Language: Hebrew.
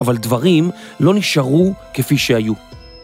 אבל דברים לא נשארו כפי שהיו.